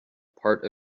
part